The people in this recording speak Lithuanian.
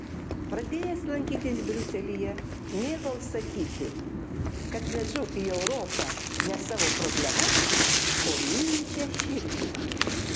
pradėjęs lankytis briuselyje mėgau sakyti kad vežu į europą ne savo problemas o mylinčią širdį